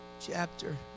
chapter